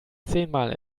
zehnmal